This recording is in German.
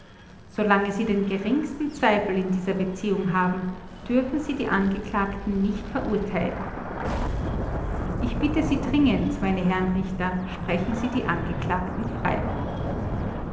solange sie den geringsten zweifel in dieser beziehung haben dürfen sie die angeklagten nicht verurteilen ich bitte sie dringend meine herren richter sprechen sie die angeklagten frei